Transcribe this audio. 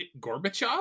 Gorbachev